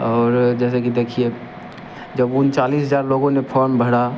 और जैसे कि देखिए जब उन चालीस हजार लोगों ने फॉर्म भरा